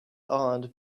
odd